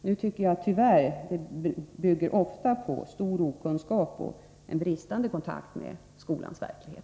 Nu bygger de tyvärr ofta sina inlägg på stor okunskap och bristande kontakt med skolans verklighet.